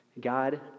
God